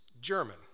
German